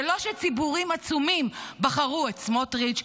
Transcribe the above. זה לא שציבורים עצומים בחרו את סמוטריץ'